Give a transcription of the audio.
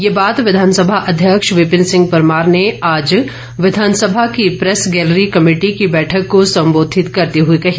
ये बात विधानसभा अध्यक्ष विपिन सिंह परमार ने आज विधानसभा की प्रैस गेलरी कमेटी की बैठक को संबोधित करते हुए कही